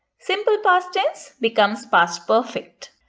simple past tense becomes past perfect.